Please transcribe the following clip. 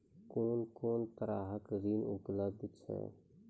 कून कून तरहक ऋण उपलब्ध छै?